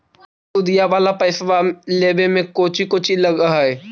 सुदिया वाला पैसबा लेबे में कोची कोची लगहय?